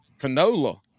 canola